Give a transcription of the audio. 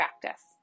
practice